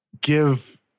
give